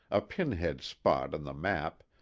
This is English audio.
a pin-head spot on the map,